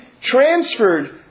transferred